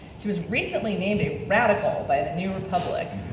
she was recently named a radical by the new republic.